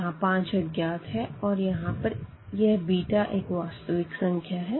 यहाँ 5 अज्ञात है और यहाँ पर यह बीटा एक वास्तविक संख्या है